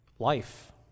Life